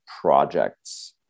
projects